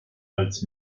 als